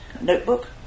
notebook